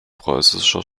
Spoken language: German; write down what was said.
preußischer